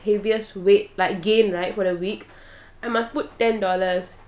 heaviest weight like gain right for the week I must put ten dollars